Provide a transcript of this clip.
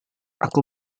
aku